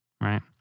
right